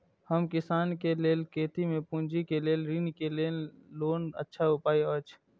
हम किसानके लेल खेती में पुंजी के लेल ऋण के लेल कोन अच्छा उपाय अछि?